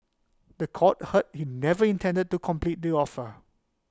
The Court heard he never intended to complete the offer